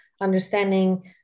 understanding